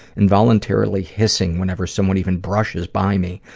involuntarily hissing whenever someone even brushes by me,